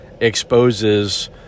exposes